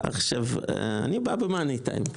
אני בא במאני-טיים.